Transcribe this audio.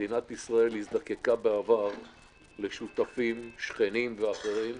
מדינת ישראל נזקקה בעבר לשותפים, שכנים ואחרים,